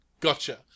Gotcha